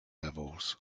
levels